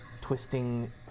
twisting